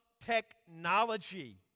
Technology